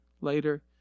later